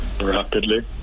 rapidly